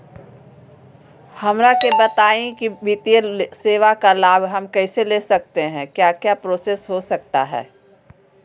हमरा के बताइए की वित्तीय सेवा का लाभ हम कैसे ले सकते हैं क्या क्या प्रोसेस हो सकता है?